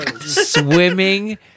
Swimming